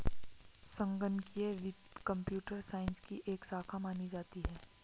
संगणकीय वित्त computer science की एक शाखा मानी जाती है